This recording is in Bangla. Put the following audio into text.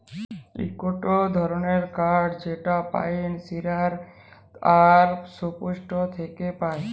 ইকটো ধরণের কাঠ যেটা পাইন, সিডার আর সপ্রুস থেক্যে পায়